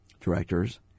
directors